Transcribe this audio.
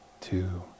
two